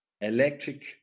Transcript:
electric